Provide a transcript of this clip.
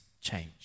change